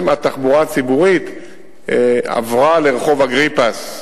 התחבורה הציבורית עברה לרחוב אגריפס.